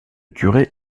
curé